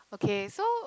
okay so